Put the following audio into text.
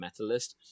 metalist